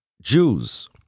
Jews